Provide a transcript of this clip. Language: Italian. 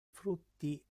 frutti